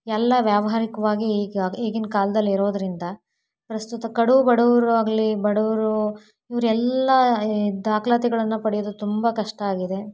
ಎಲ್ಲ ವ್ಯಾವಹಾರಿಕ್ವಾಗಿ ಈಗ ಈಗಿನ ಕಾಲ್ದಲ್ಲಿ ಇರೋದರಿಂದ ಪ್ರಸ್ತುತ ಕಡು ಬಡವರಾಗ್ಲಿ ಬಡವರು ಇವರೆಲ್ಲ ದಾಖಲಾತಿಗಳನ್ನ ಪಡೆಯೋದು ತುಂಬ ಕಷ್ಟ ಆಗಿದೆ